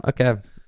Okay